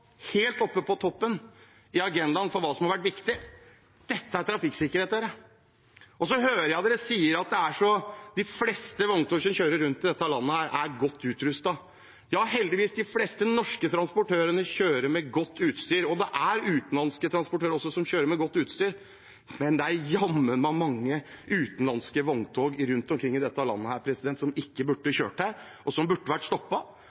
helt på toppen av agendaen over hva som har vært viktig. Dette er trafikksikkerhet. Og så hører jeg dere sier at de fleste vogntog som kjører rundt i dette landet, er godt utrustet. Ja, heldigvis – de fleste norske transportørene kjører med godt utstyr, og det er også utenlandske transportører som kjører med godt utstyr. Men det er jammen meg mange utenlandske vogntog rundt omkring i dette landet som ikke burde kjørt her, og som burde vært